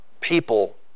people